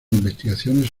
investigaciones